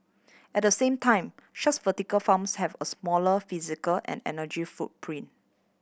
at the same time such vertical farms have a smaller physical and energy footprint